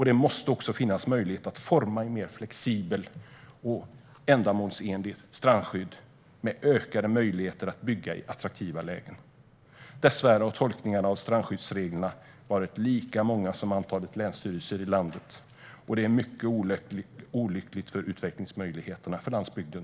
Det måste finnas möjlighet att forma ett mer flexibelt och ändamålsenligt strandskydd, med ökade möjligheter att bygga i attraktiva lägen. Dessvärre har tolkningarna av strandskyddsreglerna varit lika många som länsstyrelserna i landet, och det är mycket olyckligt för utvecklingsmöjligheterna för landsbygden.